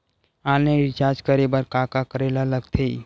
Online recharge करे बर का का करे ल लगथे?